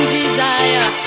desire